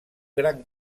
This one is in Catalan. gran